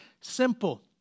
Simple